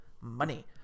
money